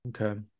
Okay